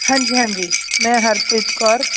ਹਾਂਜੀ ਹਾਂਜੀ ਮੈਂ ਹਰਪ੍ਰੀਤ ਕੌਰ